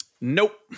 Nope